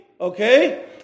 okay